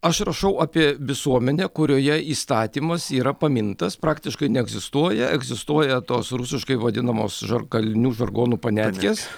aš rašau apie visuomenę kurioje įstatymas yra pamintas praktiškai neegzistuoja egzistuoja tos rusiškai vadinamos žar kalinių žargonu paniatkės